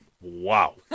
wow